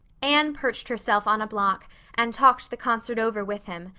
anne perched herself on a block and talked the concert over with him,